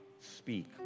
speak